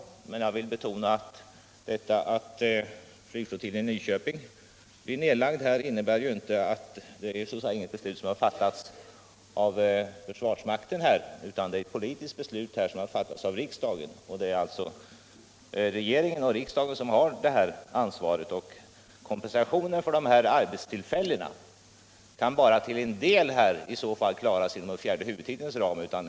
Men jag vill betona att beslutet att lägga ned flygflottiljen i Nyköping inte har fattats av försvarsmakten — det är ett politiskt beslut som har fattats av riksdagen. Det är alltså riksdag och regering som har det ansvaret, och kompensationen för de arbetstillfällen som bortfaller kan bara till en del åstadkommas inom ramen för fjärde huvudtiteln.